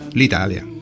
l'Italia